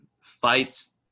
fights